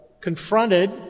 confronted